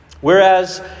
Whereas